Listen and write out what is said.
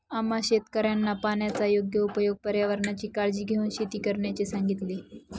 आम्हा शेतकऱ्यांना पाण्याचा योग्य उपयोग, पर्यावरणाची काळजी घेऊन शेती करण्याचे सांगितले